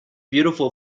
beautiful